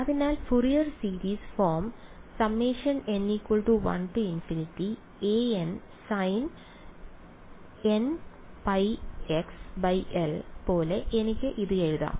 അതിനാൽ Fourier series form പോലെ എനിക്ക് ഇത് എഴുതാം